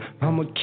I'ma